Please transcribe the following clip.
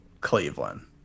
Cleveland